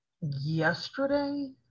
yesterday